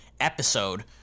episode